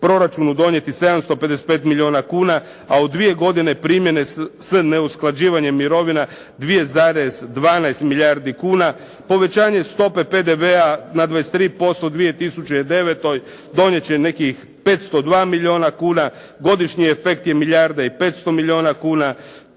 proračunu donijeti 755 milijuna kuna. A u dvije godine primjene s neusklađivanjem mirovina 2,12 milijardi kuna. Povećanje stope PDV na 23% u 2009. donijet će nekih 502 milijuna kuna, godišnje je tek milijarda i 500 milijuna kuna.